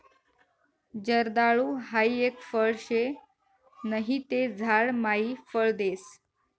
जर्दाळु हाई एक फळ शे नहि ते झाड मायी फळ देस